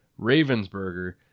Ravensburger